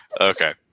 okay